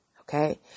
okay